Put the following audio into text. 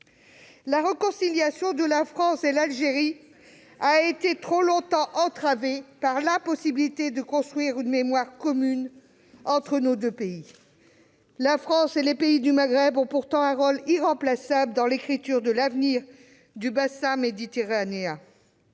La réconciliation de la France et de l'Algérie a été trop longtemps entravée par l'impossibilité de construire une mémoire commune entre nos deux pays. La France et les pays du Maghreb ont pourtant un rôle irremplaçable à jouer dans l'écriture de l'avenir du bassin méditerranéen.